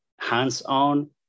hands-on